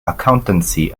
accountancy